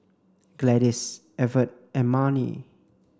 Gladys Evert and Marni